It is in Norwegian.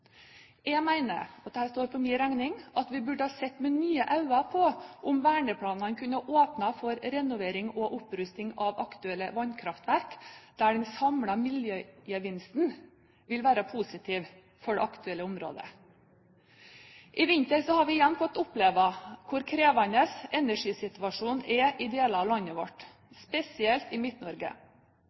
Jeg mener – dette står for min regning – at vi burde ha sett med nye øyne på om verneplanene kunne åpne for renovering og opprusting av aktuelle vannkraftverk der den samlede miljøgevinsten vil være positiv for det aktuelle området. I vinter har vi igjen fått oppleve hvor krevende energisituasjonen er i deler av landet vårt, spesielt i